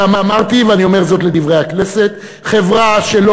ואמרתי ואני אומר זאת ל"דברי הכנסת": חברה שלא